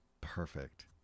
Perfect